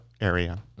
area